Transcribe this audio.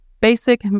basic